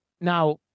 Now